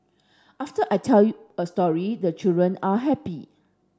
after I tell you a story the children are happy